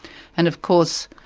and of course,